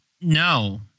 no